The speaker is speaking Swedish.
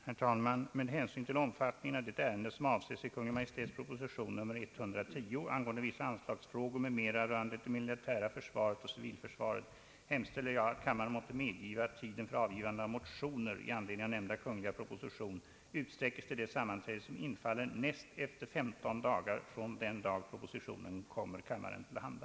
Herr talman! Med hänsyn till omfattningen av det ärende, som avses i Kungl. Maj:ts proposition nr 110, angående vissa anslagsfrågor m.m. rörande det militära försvaret och civilförsvaret, hemställer jag, att kammaren måtte medgiva, att tiden för avgivande av motioner i anledning av nämnda kungl. proposition utsträckes till det sammanträde, som infaller näst efter 15 dagar från den dag propositionen kom kammaren till handa.